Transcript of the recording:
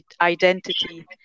identity